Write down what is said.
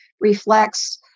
reflects